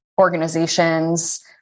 organizations